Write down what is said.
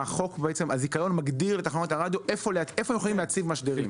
הזיכיון מגדיר לתחנות הרדיו איפה להציב משדרים.